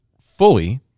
fully